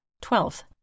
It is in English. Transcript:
Twelfth